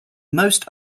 most